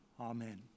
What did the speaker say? Amen